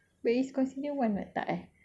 but it's considered one [what] tak eh